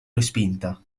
respinta